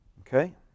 Okay